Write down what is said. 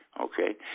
Okay